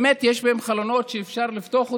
באמת יש בהם חלונות שאפשר לפתוח אותם,